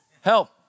help